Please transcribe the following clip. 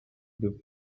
the